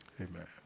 Amen